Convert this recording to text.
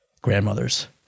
grandmothers